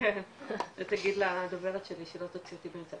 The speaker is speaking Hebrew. תגיד לדוברת שלא תוציא אותי.